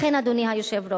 לכן, אדוני היושב-ראש,